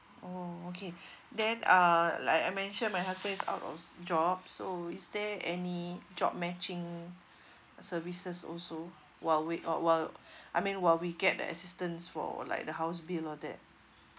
oh okay then uh like I mention my husband out of job so is there any job matching services also while we uh while I mean while we get the assistance for like the house bill all that